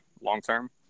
long-term